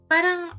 Parang